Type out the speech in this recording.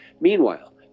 meanwhile